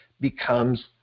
becomes